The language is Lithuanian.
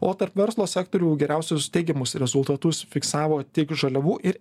o tarp verslo sektorių geriausius teigiamus rezultatus fiksavo tik žaliavų ir